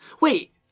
Wait